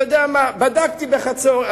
אתה יודע מה, בדקתי בחצור.